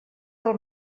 del